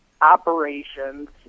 operations